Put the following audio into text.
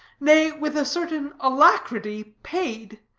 nay, with a certain alacrity, paid.